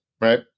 right